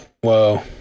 Whoa